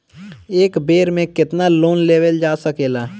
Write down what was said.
एक बेर में केतना लोन लेवल जा सकेला?